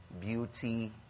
Beauty